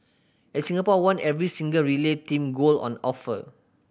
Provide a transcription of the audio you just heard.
and Singapore won every single relay team gold on offer